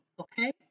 okay